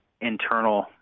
internal